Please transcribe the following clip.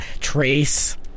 Trace